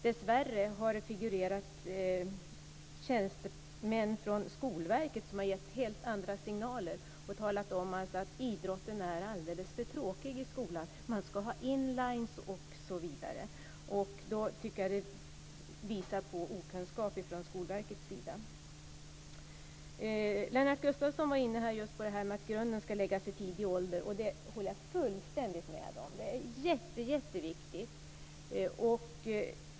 Dessvärre har det figurerat tjänstemän från Skolverket som har gett helt andra signaler. De har talat om att idrotten är alldeles för tråkig i skolan. Man ska ha inlines osv. Det tycker jag visar på okunskap från Skolverkets sida. Lennart Gustavsson var inne på att grunden ska läggas i tidig ålder. Det håller jag fullständigt med om. Det är jätteviktigt.